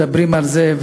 מדברים על זה,